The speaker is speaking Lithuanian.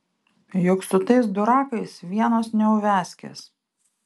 juk su tais durakais vienos neuviazkės